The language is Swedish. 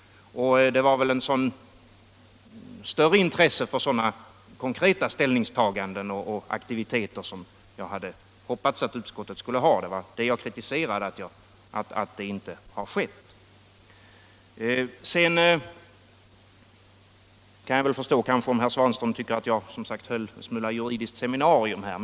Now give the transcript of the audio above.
Det var ett större intresse för sådana konkreta ställningstaganden och aktiviteter som jag hade hoppats att utskottet skulle visa — och det jag kritiserade var att så inte har skett. Jag kan kanske förstå om herr Svanström tycker att jag höll en smula juridiskt seminarium här.